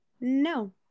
No